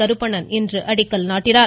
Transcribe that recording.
கருப்பணன் இன்று அடிக்கல் நாட்டினார்